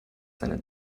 seine